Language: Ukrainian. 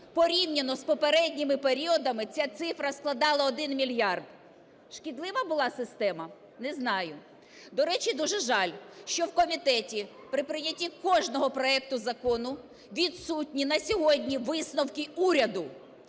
Порівняно з попередніми періодами ця цифра складала 1 мільярд. Шкідлива була система? Не знаю. До речі, дуже жаль, що в комітеті при прийнятті кожного проекту закону відсутні на сьогодні висновки уряду,